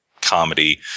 comedy